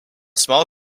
small